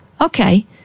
Okay